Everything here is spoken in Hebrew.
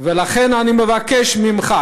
ולכן אני מבקש ממך: